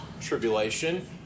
tribulation